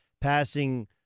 passing